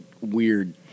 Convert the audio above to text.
weird